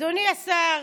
אדוני שר